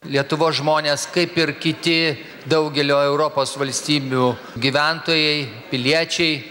lietuvos žmonės kaip ir kiti daugelio europos valstybių gyventojai piliečiai